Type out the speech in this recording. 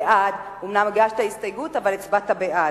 בעדו, אומנם הגשת הסתייגות אבל הצבעת בעד.